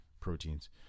proteins